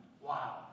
Wow